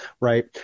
Right